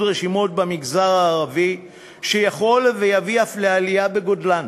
רשימות במגזר הערבי שיכול ויביא אף לעלייה בגודלן,